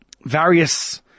various